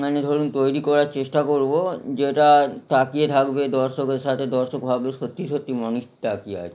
মানে ধরুন তৈরি করার চেষ্টা করব যেটা তাকিয়ে থাকবে দর্শকের সাথে দর্শক ভাববে সত্যি সত্যি মানুষ তাকিয়ে আছে